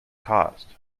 cost